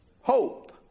Hope